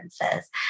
differences